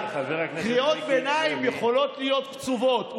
קריאות ביניים יכולות להיות קצובות.